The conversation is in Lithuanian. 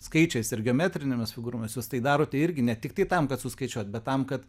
skaičiais ir geometrinėmis figūromis jūs tai darote irgi ne tiktai tam kad suskaičiuot bet tam kad